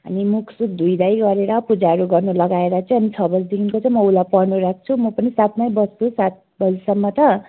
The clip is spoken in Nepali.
अनि मुख सुख धोइधाइ गरेर पूजाहरू गर्नु लगाएर चाहिँ अनि छ बजीदेखि चाहिँ म उसलाई पढ्नु राख्छु म पनि साथमै बस्छु सात बजीसम्म त